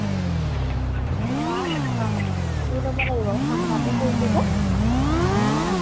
ঠাণ্ডাটো পৰিছে যে